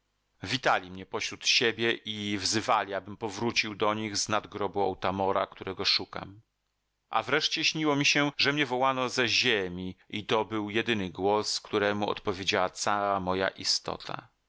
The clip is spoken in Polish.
witali mnie pośród siebie i wzywali abym powrócił do nich z nad grobu otamora którego szukam a wreszcie śniło mi się że mnie wołano ze ziemi i to był jedyny głos któremu odpowiedziała cała moja istota